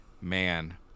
Man